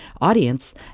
audience